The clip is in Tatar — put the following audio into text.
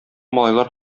малайлар